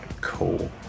cool